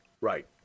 right